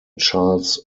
charles